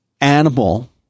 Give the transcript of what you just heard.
animal